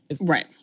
Right